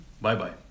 Bye-bye